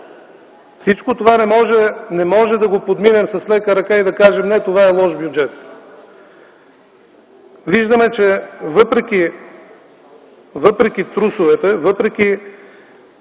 Всичко това не може да бъде подминато с лека ръка и да кажем: „Не, това е лош бюджет”. Виждаме, че въпреки трусовете от